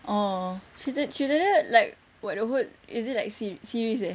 orh cerita cerita dia like what the whole is it like se~ series eh